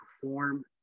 perform